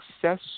success